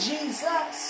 Jesus